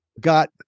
got